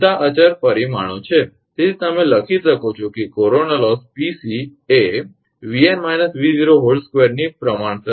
બધા અચળ પરિમાણો છે તેથી તમે લખી શકો છો કે કોરોના લોસ 𝑃𝑐 તે 𝑉𝑛−𝑉02 ની પ્રમાણસર છે